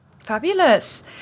fabulous